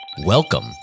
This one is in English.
Welcome